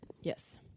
yes